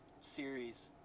series